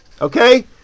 Okay